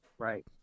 Right